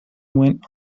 went